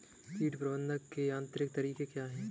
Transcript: कीट प्रबंधक के यांत्रिक तरीके क्या हैं?